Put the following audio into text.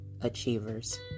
achievers